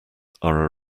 are